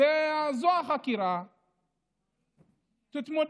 וזו החקירה, תתמודדו.